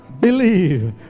Believe